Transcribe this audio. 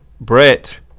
Brett